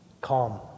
Calm